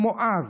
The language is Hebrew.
כמו אז,